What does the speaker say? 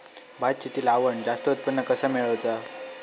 भात शेती लावण जास्त उत्पन्न कसा मेळवचा?